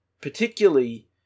particularly